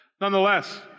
nonetheless